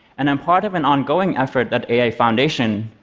and i'm part of an ongoing effort at ai foundation,